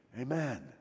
Amen